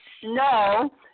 snow